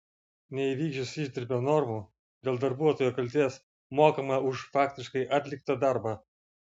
neįvykdžius išdirbio normų dėl darbuotojo kaltės mokama už faktiškai atliktą darbą